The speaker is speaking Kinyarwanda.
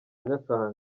nyakanga